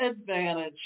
advantage